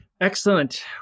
Excellent